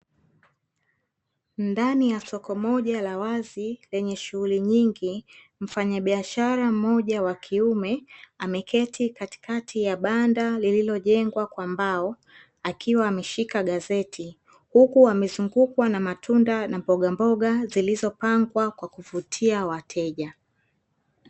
Ndani ya soko moja la wazi lenye shughuli nyingi, mfanyabiashara mmoja wa kiume ameketi katikati ya banda lililojengwa kwa mbao akiwa ameshika gazeti; huku amezungukwa na matunda na mbogamboga zilizopangwa kwa kuvutia wateja.